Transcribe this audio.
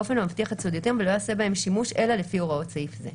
באופן המבטיח את סודיותם ולא יעשה בהם שימוש אלא לפי הוראות סעיף זה,